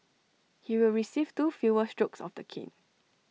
he will receive two fewer strokes of the cane